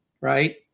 Right